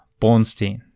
Bornstein